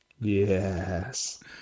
Yes